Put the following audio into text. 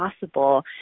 possible